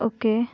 okay